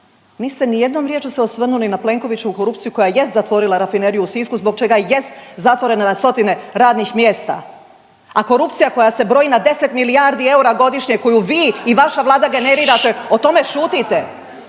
Niste ni jednom riječju se osvrnuli na Plenkovićevu korupciju koja jest zatvorila rafineriju u Sisku zbog čega jest zatvoreno na stotine radnih mjesta, a korupcija koja se broji na 10 milijardi eura godišnje koju vi i vaša Vlada generirate o tome šutite.